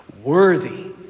worthy